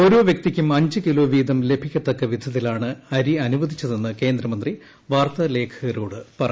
ഓരോ വ്യക്തിക്കും അഞ്ച് കിലോ വീതം ലഭിക്കത്തക്കവിധത്തിലാണ് അരി അനുവദിച്ചതെന്ന് കേന്ദ്രമന്ത്രി വാർത്താ ലേഖകരോട് പറഞ്ഞു